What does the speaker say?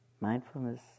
mindfulness